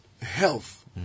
Health